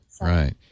right